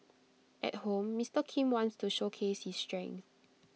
at home Mister Kim wants to showcase his strength